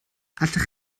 allech